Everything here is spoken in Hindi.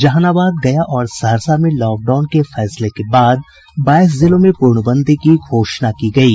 जहानाबाद गया और सहरसा में लॉकडाउन के फैसले के बाद बाईस जिलों में पूर्णबंदी की घोषणा की गयी